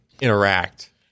interact